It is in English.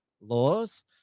laws